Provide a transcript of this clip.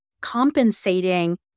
compensating